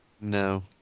No